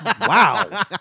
Wow